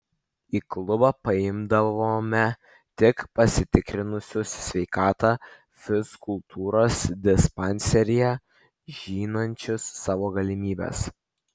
į klubą priimdavome tik pasitikrinusius sveikatą fizkultūros dispanseryje žinančius savo galimybes